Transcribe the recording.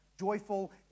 joyful